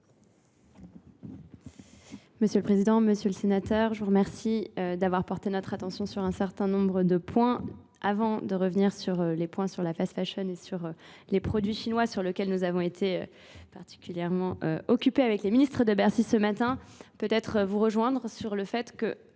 Monsieur le Président, Monsieur le Sénateur, je vous remercie d'avoir porté notre attention sur un certain nombre de points. Avant de revenir sur les points sur la fast fashion et sur les produits chinois sur lesquels nous avons été particulièrement occupés avec les ministres de Bercy ce matin, peut-être vous rejoindre sur le fait que,